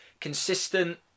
consistent